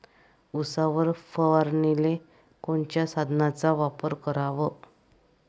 उसावर फवारनीले कोनच्या साधनाचा वापर कराव?